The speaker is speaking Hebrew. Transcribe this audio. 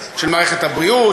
של מערכת הבריאות,